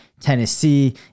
Tennessee